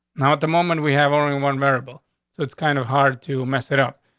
now, at the moment, we have only one variable, so it's kind of hard to mess it up,